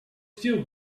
still